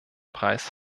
preis